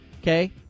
okay